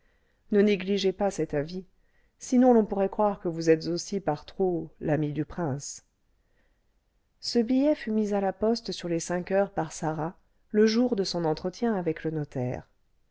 ne négligez pas cet avis sinon l'on pourrait croire que vous êtes aussi par trop l'ami du prince ce billet fut mis à la poste sur les cinq heures par sarah le jour de son entretien avec le notaire